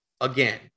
again